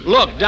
Look